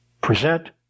Present